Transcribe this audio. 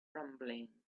rumbling